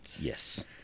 Yes